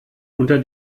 unter